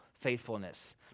faithfulness